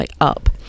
up